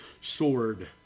sword